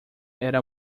era